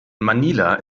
manila